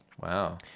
Wow